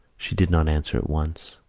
she did not answer at once.